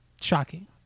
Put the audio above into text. Shocking